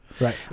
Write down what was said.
Right